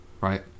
right